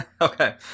okay